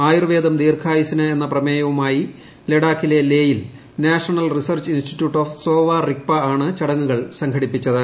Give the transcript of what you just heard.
ആയുർവേദം ദീർഘായുസ്സിന് എന്ന പ്രമേയവുമായി ലഡാക്കിലെ ലേയിൽ national research institute of Sowa Rigpa ആണ് ചടങ്ങുകൾ സംഘടിപ്പിച്ചത്